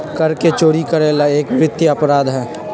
कर के चोरी करे ला एक वित्तीय अपराध हई